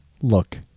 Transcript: look